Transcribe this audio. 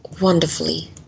wonderfully